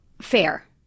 fair